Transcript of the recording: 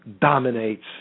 dominates